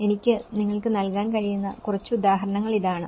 എനിക്ക് നിങ്ങൾക്ക് നൽകാൻ കഴിയുന്ന കുറച്ച് ഉദാഹരണങ്ങൾ ഇതാണ്